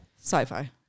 Sci-fi